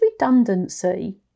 redundancy